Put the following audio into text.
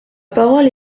parole